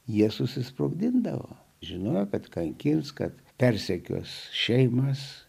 jie susisprogdindavo žinojo kad kankins kad persekios šeimas